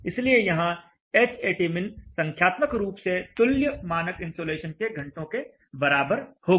इसलिए यहाँ Hatmin संख्यात्मक रूप से तुल्य मानक इन्सोलेशन के घंटों के बराबर होगा